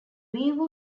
view